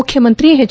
ಮುಖ್ಯಮಂತ್ರಿ ಎಚ್